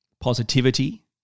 positivity